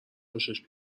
خوشش